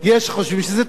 יש שחושבים שזה טוב,